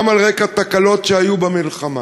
גם על רקע תקלות שהיו במלחמה,